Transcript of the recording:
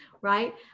right